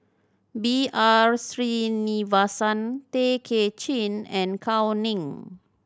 B R Sreenivasan Tay Kay Chin and Gao Ning